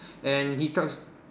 and he talks